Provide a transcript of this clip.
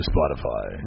Spotify